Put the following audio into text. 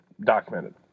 documented